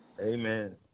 Amen